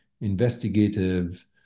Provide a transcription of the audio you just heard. investigative